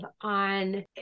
on